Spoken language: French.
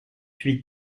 huit